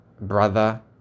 brother